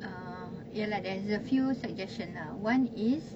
uh ya lah there is a few suggestion lah one is